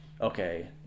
okay